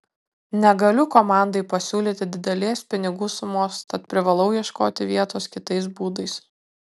negaliu komandai pasiūlyti didelės pinigų sumos tad privalau ieškoti vietos kitais būdais